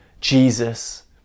Jesus